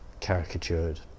caricatured